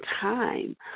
time